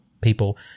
people